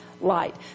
light